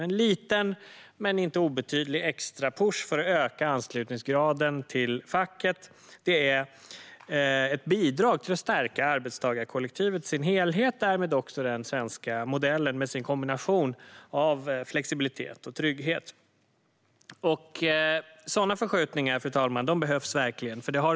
Det är en liten men inte obetydlig extra push för att öka anslutningsgraden till facket. Det är ett bidrag till att stärka arbetstagarkollektivet i sin helhet och därmed också den svenska modellen med sin kombination av flexibilitet och trygghet. Sådana förskjutningar, fru talman, behövs verkligen.